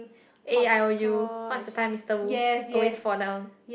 A I O U what is the time is the wolf always fall down